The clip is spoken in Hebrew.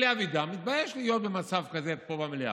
אלי אבידר מתבייש להיות במצב כזה פה במליאה.